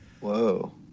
Whoa